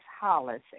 hollis